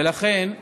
ולכן,